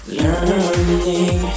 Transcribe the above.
learning